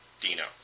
Dino